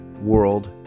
World